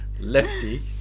lefty